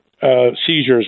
seizures